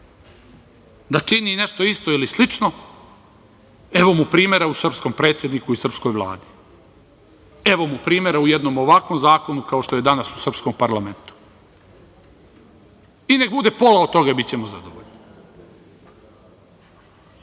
da čini nešto isto ili slično, evo mu primera u srpskom predsedniku i srpskoj Vladi, evo mu primera u jednom ovakvom zakonu kao što je danas u srpskom parlamentu. I nek bude i pola od toga, bićemo zadovoljni. Ministre,